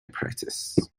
practice